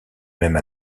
même